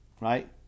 right